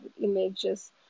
images